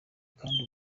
kandi